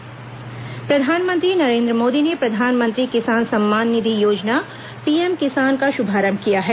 प्रधानमंत्री पीएम किसान प्रधानमंत्री नरेन्द्र मोदी ने प्रधानमंत्री किसान सम्मान निधि योजना पीएम किसान का शुभारंभ किया है